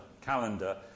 calendar